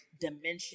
dimension